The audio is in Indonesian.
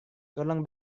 tolong